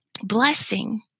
blessing